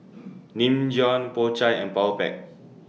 Nin Jiom Po Chai and Powerpac